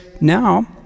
now